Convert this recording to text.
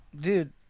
Dude